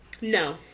No